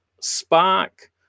spark